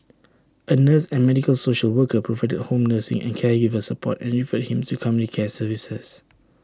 A nurse and medical social worker provided home nursing and caregiver support and referred him to community care services